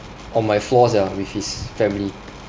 on my floor sia with his family